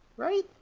right?